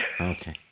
Okay